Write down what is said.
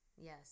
Yes